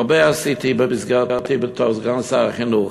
הרבה עשיתי בתור סגן שר החינוך,